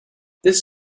this